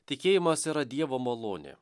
tikėjimas yra dievo malonė